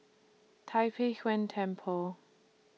Tai Pei Yuen Temple